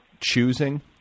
choosing